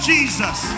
Jesus